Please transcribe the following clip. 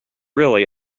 really